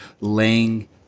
laying